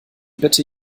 bitte